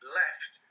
left